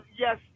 yes